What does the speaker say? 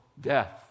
death